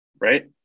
right